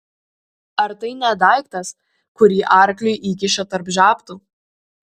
ar tai ne daiktas kurį arkliui įkiša tarp žabtų